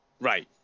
right